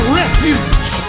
refuge